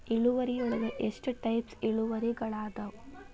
ಇಳುವರಿಯೊಳಗ ಎಷ್ಟ ಟೈಪ್ಸ್ ಇಳುವರಿಗಳಾದವ